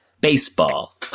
Baseball